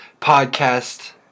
podcast